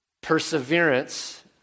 perseverance